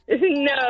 No